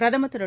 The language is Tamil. பிரதமர் திரு